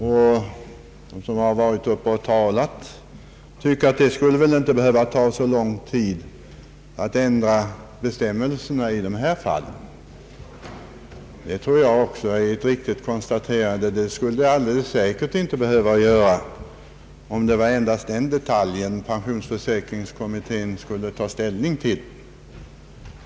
Och de som yttrat sig tidigare här tycker att det inte skulle behöva ta så lång tid att ändra bestämmelserna i dessa fall. Det anser jag vara ett riktigt konstaterande, om det endast var den delen pensionsförsäkringskommittén skulle ta ställning till.